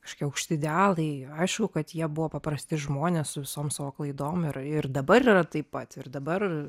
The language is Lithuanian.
škia aukšti idealai aišku kad jie buvo paprasti žmonės su visom savo klaidom ir ir dabar yra taip pat ir dabar